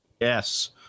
Yes